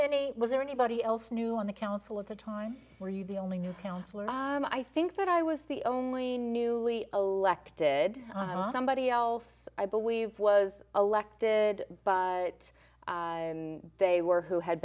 any was there anybody else knew on the council of the time were you the only new councillor i think that i was the only newly elected somebody else i believe was elected but they were who had